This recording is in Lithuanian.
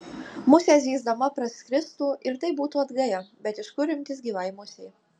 musė zyzdama praskristų ir tai būtų atgaja bet iš kur imtis gyvai musei